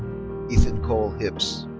ethan cole hipps.